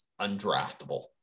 Undraftable